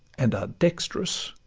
and are dext'rous